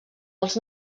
els